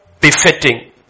befitting